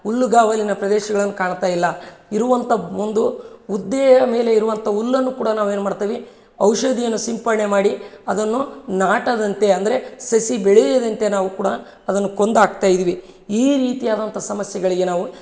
ಹುಲ್ಲುಗಾವಲಿನ ಪ್ರದೇಶಗಳನ್ನ ಕಾಣ್ತಾ ಇಲ್ಲ ಇರುವಂಥ ಒಂದು ಉದ್ದೆಯ ಮೇಲೆ ಇರುವಂಥ ಹುಲ್ಲನ್ನು ಕೂಡ ನಾವು ಏನ್ಮಾಡ್ತೀವಿ ಔಷಧಿಯನ್ನು ಸಿಂಪರಣೆ ಮಾಡಿ ಅದನ್ನು ನಾಟದಂತೆ ಅಂದರೆ ಸಸಿ ಬೆಳೆಯದಂತೆ ನಾವು ಕೂಡ ಅದನ್ನು ಕೊಂದಾಕ್ತಾ ಇದ್ದೀವಿ ಈ ರೀತಿಯಾದಂಥ ಸಮಸ್ಯೆಗಳಿಗೆ ನಾವು